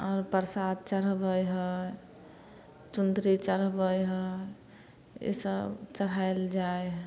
आओर परसाद चढ़बै हइ चुन्दरी चढ़बै हइ इसब चढ़ाएल जाइ हइ